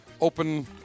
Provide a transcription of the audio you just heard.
open